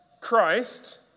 Christ